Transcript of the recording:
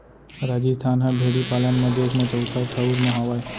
राजिस्थान ह भेड़ी पालन म देस म चउथा ठउर म हावय